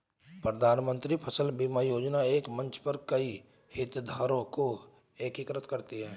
प्रधानमंत्री फसल बीमा योजना एक मंच पर कई हितधारकों को एकीकृत करती है